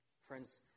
Friends